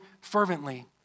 fervently